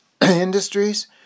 industries